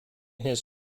his